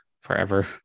forever